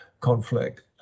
conflict